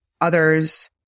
others